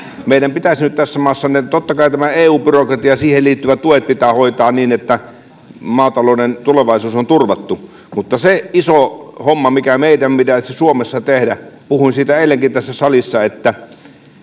meidän pitäisi nyt tässä maassa totta kai tämä eu byrokratia ja siihen liittyvät tuet hoitaa hoitaa niin että maatalouden tulevaisuus on turvattu mutta se iso homma mikä meidän pitäisi suomessa tehdä puhuin siitä eilenkin tässä salissa on se että